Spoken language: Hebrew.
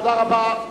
תודה רבה.